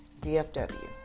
DFW